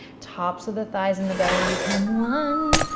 tops of the thighs and the belly become one,